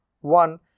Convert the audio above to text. One